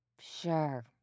Sure